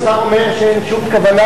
חבר הכנסת אריה אלדד?